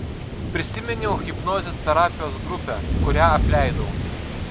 prisiminiau hipnozės terapijos grupę kurią apleidau